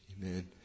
amen